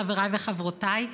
חבריי וחברותיי,